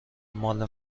مال